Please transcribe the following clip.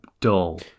dull